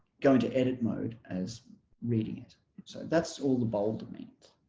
go into edit mode as reading it it so that's all the bold means.